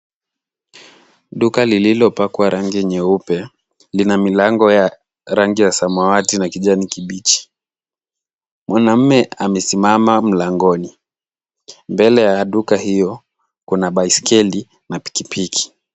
Duka lililopakwa rangi nyeupe, lina milango ya rangi ya samawati na kijani kibichi. Mwanamume amesimama mlangoni, mbele ya duka hiyo kuna baiskeli na pikipiki.